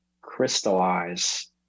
crystallize